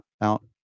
out